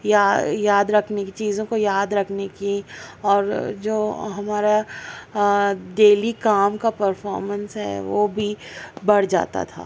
یا یاد رکھنے کی چیزوں کو یاد رکھنے کی اور جو ہمارا ڈیلی کام کا پرفارمینس ہے وہ بھی بڑھ جاتا تھا